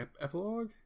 epilogue